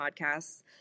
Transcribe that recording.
podcasts